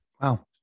Wow